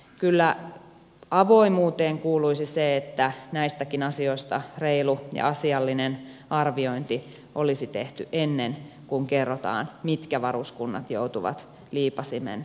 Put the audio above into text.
kyllä avoimuuteen kuuluisi se että näistäkin asioista reilu ja asiallinen arviointi olisi tehty ennen kuin kerrotaan mitkä varuskunnat joutuvat liipaisimen alle